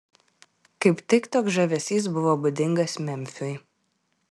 kaip tik toks žavesys buvo būdingas memfiui